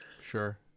Sure